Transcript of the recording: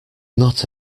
not